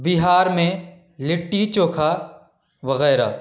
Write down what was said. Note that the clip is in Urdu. بہار میں لٹی چوکھا وغیرہ